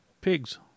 pigs